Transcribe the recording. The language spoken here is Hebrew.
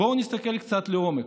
בואו נסתכל קצת לעומק.